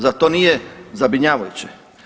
Zar to nije zabrinjavajuće?